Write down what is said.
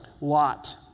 Lot